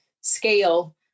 scale